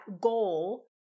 goal